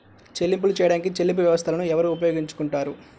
చెల్లింపులు చేయడానికి చెల్లింపు వ్యవస్థలను ఎవరు ఉపయోగించుకొంటారు?